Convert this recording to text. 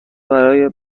برای